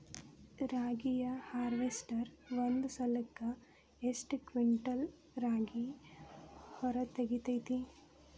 ರಾಗಿಯ ಹಾರ್ವೇಸ್ಟರ್ ಒಂದ್ ಸಲಕ್ಕ ಎಷ್ಟ್ ಕ್ವಿಂಟಾಲ್ ರಾಗಿ ಹೊರ ತೆಗಿತೈತಿ?